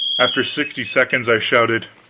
after sixty seconds i shouted